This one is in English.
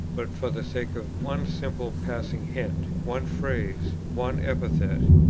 but for the sake of one simple passing hint one phrase, one epithet.